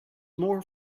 more